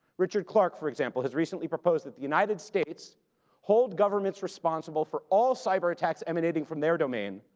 richard clark, for example, has recently proposed that the united states hold governments responsible for all cyberattacks emanating from their domain,